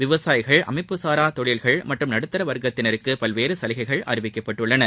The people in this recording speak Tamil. விவசாயிகள் அமைப்புசாரா தொழில்கள் மற்றும் நடுத்தர வர்க்கத்தினருக்கு பல்வேறு சலுகைகள் அறிவிக்கப்பட்டுள்ளன